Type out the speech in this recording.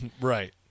Right